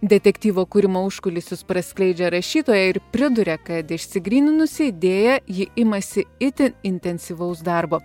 detektyvo kūrimo užkulisius praskleidžia rašytoja ir priduria kad išsigryninusi idėją ji imasi itin intensyvaus darbo